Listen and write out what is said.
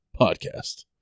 Podcast